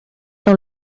dans